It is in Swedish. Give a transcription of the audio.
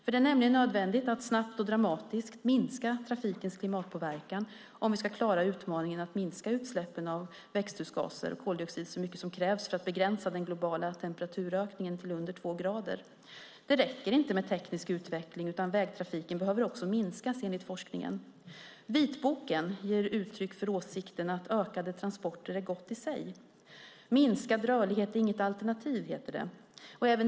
Det är nämligen nödvändigt att snabbt och dramatiskt minska trafikens klimatpåverkan om vi ska klara utmaningen att minska utsläppen av växthusgaser och koldioxid så mycket som krävs för att begränsa den globala temperaturökningen till under två grader. Det räcker inte med teknisk utveckling, utan vägtrafiken behöver också minskas, enligt forskningen. Vitboken ger uttryck för åsikten att ökade transporter är gott i sig. Minskad rörlighet är inget alternativ, heter det.